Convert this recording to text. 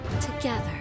together